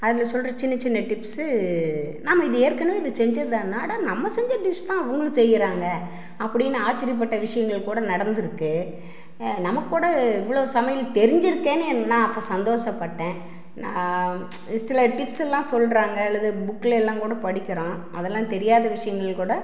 அதில் சொல்கிற சின்ன சின்ன டிப்ஸு நாம இது ஏற்கனவே இது செஞ்சது தான அட நம்ம செஞ்ச டிஷ் தான் அவங்களும் செய்கிறாங்க அப்படின்னு ஆச்சரியப்பட்ட விஷயங்கள் கூட நடந்துருக்குது நமக்கு கூட இவ்வளோ சமையல் தெரிஞ்சுருக்கேன்னு என்ன அப்போ சந்தோஷப்பட்டேன் நா சில டிப்ஸுலாம் சொல்கிறாங்க அல்லது புக்கில் எல்லாம் கூட படிக்கிறோம் அதெல்லாம் தெரியாத விஷயங்கள் கூட